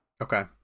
Okay